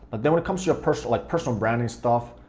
then when it comes to your personal like personal branding stuff,